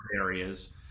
areas